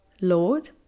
lord